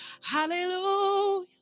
Hallelujah